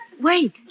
Wait